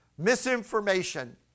misinformation